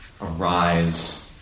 arise